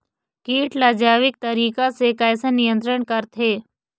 कीट ला जैविक तरीका से कैसे नियंत्रण करथे?